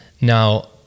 Now